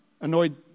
annoyed